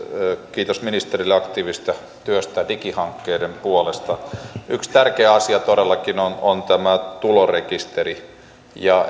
kiitos ministerille aktiivisesta työstä digihankkeiden puolesta yksi tärkeä asia todellakin on on tämä tulorekisteri ja